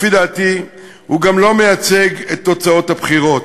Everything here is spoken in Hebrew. לפי דעתי, הוא גם לא מייצג את תוצאות הבחירות.